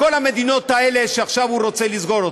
לכל המדינות האלה שעכשיו הוא רוצה לסגור.